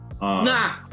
Nah